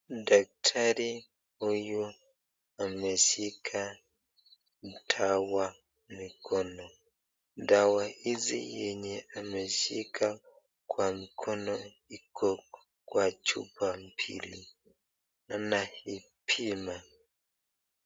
Daktari huyu ameshika dawa mikono, dawa hizi enye ameshika kwa mkono iko kwa chupa mbili, anaipima.